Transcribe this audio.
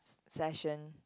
session